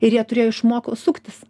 ir jie turėjo išmoko suktis